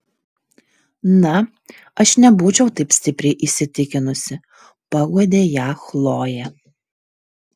na aš nebūčiau taip stipriai įsitikinusi paguodė ją chlojė